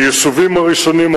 היישובים הראשונים,